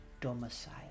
domicile